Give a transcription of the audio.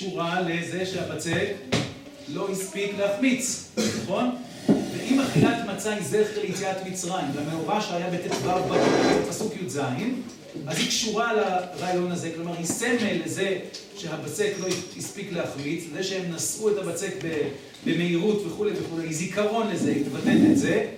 ‫היא קשורה לזה שהבצק ‫לא הספיק להחמיץ, נכון? ‫ואם אכילת מצה היא זכר ליציאת מצרים, ‫והמאורע שהיה בט׳״ו , ‫בפסוק י״ז, ‫אז היא קשורה לרעיון הזה, ‫כלומר, היא סמל לזה ‫שהבצק לא הספיק להחמיץ, ‫זה שהם נשאו את הבצק ‫במהירות וכולי וכולי, ‫היא זיכרון לזה, היא כוונת לזה,